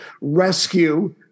rescue